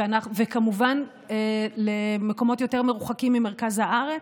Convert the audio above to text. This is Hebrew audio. וכמובן, במקומות יותר מרוחקים ממרכז הארץ,